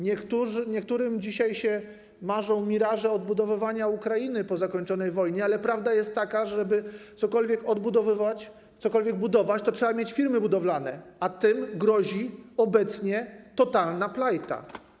Niektórym dzisiaj marzą się miraże odbudowywania Ukrainy po zakończonej wojnie, ale prawda jest taka, że aby cokolwiek odbudowywać, cokolwiek budować, to trzeba mieć firmy budowlane, a tym grozi obecnie totalna plajta.